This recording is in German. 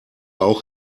auch